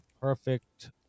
perfect